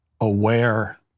aware